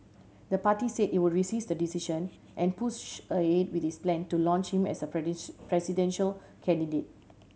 the party say it would resist the decision and push ahead with its plan to launch him as presidential candidate